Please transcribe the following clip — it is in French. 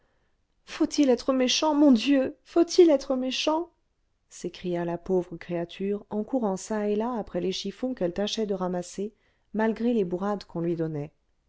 faut-il être méchant mon dieu faut-il être méchant s'écria la pauvre créature en courant çà et là après les chiffons qu'elle tâchait de ramasser malgré les bourrades qu'on lui donnait